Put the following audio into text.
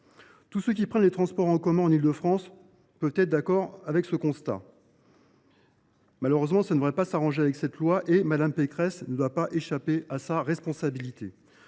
Tous ceux qui prennent les transports en commun en Île de France peuvent être d’accord avec ce constat. Malheureusement, la situation ne devrait pas s’arranger avec l’adoption de ce texte, et Mme Pécresse ne devra pas échapper à sa responsabilité.